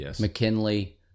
McKinley